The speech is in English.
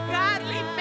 godly